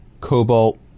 Cobalt